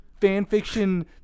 fanfiction